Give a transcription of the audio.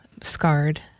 scarred